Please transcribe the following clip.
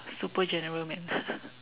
super general man